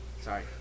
Sorry